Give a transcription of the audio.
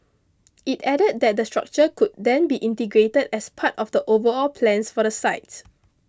it added that the structure could then be integrated as part of the overall plans for the sites